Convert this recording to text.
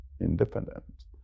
independent